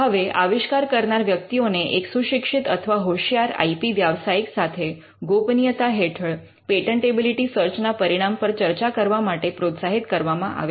હવે આવિષ્કાર કરનાર વ્યક્તિઓને એક સુશિક્ષિત અથવા હોશિયાર આઇ પી વ્યાવસાયિક સાથે ગોપનીયતા હેઠળ પેટન્ટેબિલિટી સર્ચ ના પરિણામ પર ચર્ચા કરવા માટે પ્રોત્સાહિત કરવામાં આવે છે